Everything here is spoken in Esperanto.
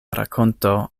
rakonto